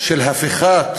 על הפיכת